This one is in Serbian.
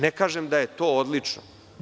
Ne kažem da je to odlično.